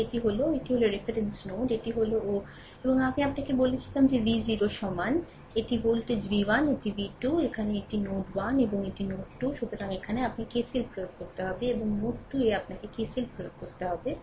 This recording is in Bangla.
তাই এটি হল এটি হল রেফারেন্স নোড এটি হল ও এবং আমি আপনাকে বলেছিলাম যে ভি 0 সমান রেফার সময় 2558 এটি ভোল্টেজ ভি 1 এটি ভি 2 এখন এটি নোড 1 এবং এটি নোড 2 সুতরাং এখানে আপনাকে কেসিএল প্রয়োগ করতে হবে এবং নোড 2 এ আপনাকে কেসিএল প্রয়োগ করতে হবে